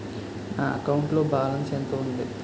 నా అకౌంట్ లో బాలన్స్ ఎంత ఉంది?